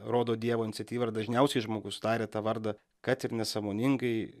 rodo dievo iniciatyvą ir dažniausiai žmogus taria tą vardą kad ir nesąmoningai